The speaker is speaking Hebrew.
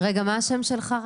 מה שמך?